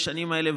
בשנים האלה,